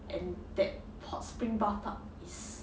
and that hot spring bathtub is